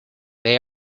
they